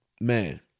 Man